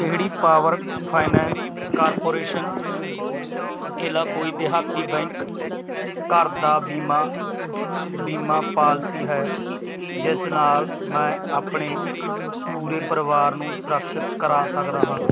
ਕਿਹੜੀ power finance corporation ਏਲਾਕੁਈ ਦੇਹਾਤੀ ਬੈਂਕ ਘਰ ਦਾ ਬੀਮਾ ਬੀਮਾ ਪਾਲਸੀ ਹੈ ਜਿਸ ਨਾਲ ਮੈਂ ਆਪਣੇ ਪੂਰੇ ਪਰਿਵਾਰ ਨੂੰ ਸੁਰਿਕਸ਼ਿਤ ਕਰਾ ਸਕਦਾ ਹਾਂ